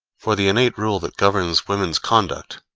for the innate rule that governs women's conduct,